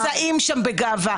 הערות ביניים